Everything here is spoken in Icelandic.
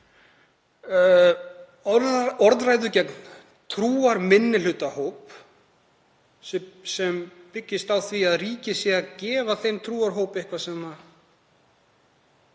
orðræðu gegn trúarminnihlutahóp sem byggist á því að ríkið sé að gefa þeim trúarhóp eitthvað sem var